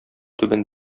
түбән